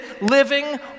living